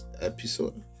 episode